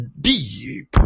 deep